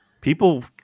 people